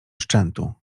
szczętu